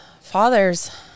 Fathers